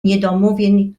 niedomówień